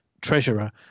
treasurer